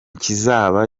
kizaba